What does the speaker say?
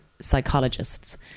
psychologists